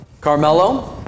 carmelo